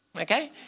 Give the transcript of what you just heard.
Okay